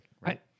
right